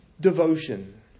devotion